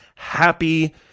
Happy